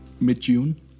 mid-June